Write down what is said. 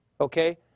okay